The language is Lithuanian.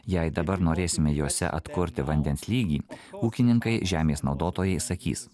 jei dabar norėsime jose atkurti vandens lygį ūkininkai žemės naudotojai sakys